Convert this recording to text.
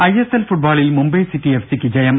I S L ഫുട്ബോളിൽ Mumbai city F സിയ്ക്ക് ജയം